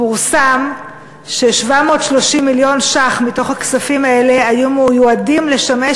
פורסם ש-730 מיליון ש"ח מתוך הכספים האלה היו מיועדים לשמש